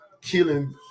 killing